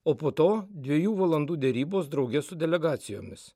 o po to dviejų valandų derybos drauge su delegacijomis